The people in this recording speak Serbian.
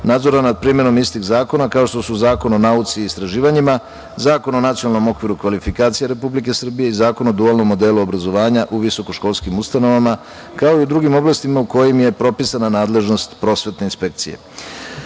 nadzora nad primenom istih zakona kao što su Zakon o nauci i istraživanjima, Zakon o nacionalnom okviru kvalifikacija Republike Srbije i Zakon o dualnom modelu obrazovanja u visokoškolskim ustanovama, kao i u drugim oblastima u kojima je propisana nadležnost prosvetne inspekcije.